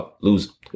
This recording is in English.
lose